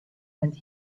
and